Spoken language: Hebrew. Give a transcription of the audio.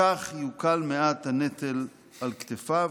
בכך יוקל מעט הנטל על כתפיו,